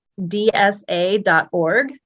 dsa.org